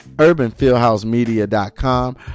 UrbanFieldHouseMedia.com